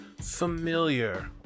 familiar